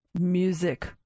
music